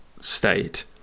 state